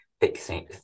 fixing